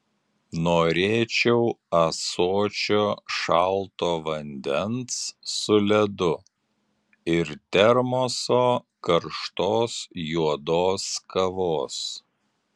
norėčiau ąsočio šalto vandens su ledu ir termoso karštos juodos kavos